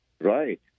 right